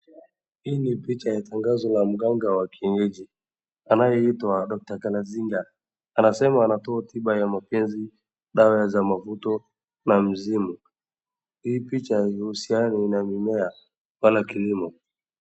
Hii ni picha ya tangazo la mganga wa kienyeji anayeitwa doctor Galazinga anasema anatoa tiba ya mapenzi, fawa za mavuto na mizimu, hii picha inahusiana na mimea na kilimo.